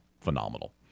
phenomenal